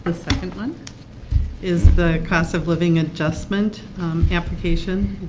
ah second one is the cost-of-living adjustment application